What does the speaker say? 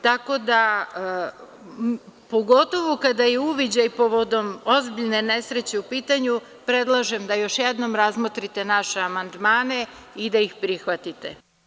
Tako da, pogotovu kada je uviđaj povodom ozbiljne nesreće u pitanju, predlažem da još jednom razmotrite naše amandmane i da ih prihvatite.